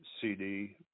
cd